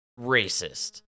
racist